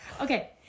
Okay